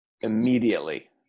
immediately